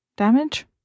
damage